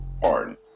Pardon